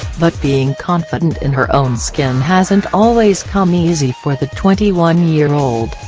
but being confident in her own skin hasn't always come easy for the twenty one year old,